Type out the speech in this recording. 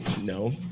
no